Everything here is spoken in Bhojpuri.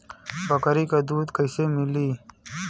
बकरी क दूध कईसे मिली?